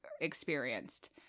experienced